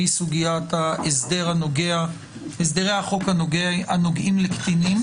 והיא סוגיית הסדרי החוק הנוגעים לקטינים